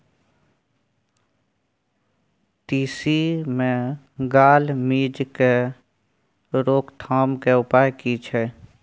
तिसी मे gall midge के रोकथाम के उपाय की छै?